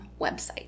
website